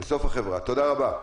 שוקי,